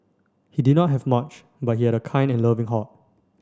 he did not have much but he had a kind and loving heart